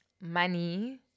money